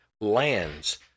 lands